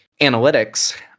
analytics